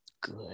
good